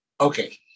Okay